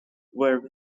were